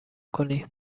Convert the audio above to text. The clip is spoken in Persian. کنی